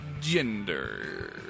Gender